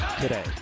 today